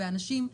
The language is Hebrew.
באנשים,